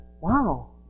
wow